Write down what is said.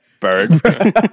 bird